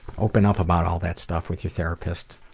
open up about all that stuff with your therapist.